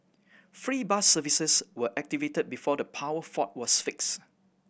free bus services were activated before the power fault was fixed